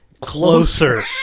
closer